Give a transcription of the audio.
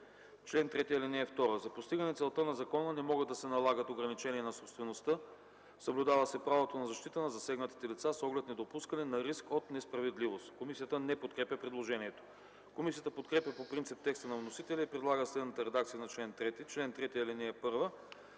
„Чл. 3. (2) За постигане целта на закона не могат да се налагат ограничения на собствеността. Съблюдава се правото на защита на засегнатите лица с оглед недопускане на риск от несправедливост.” Комисията не подкрепя предложението. Комисията подкрепя по принцип текста на вносителя и предлага следната редакция на чл. 3: „Чл. 3.